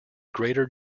greater